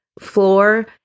floor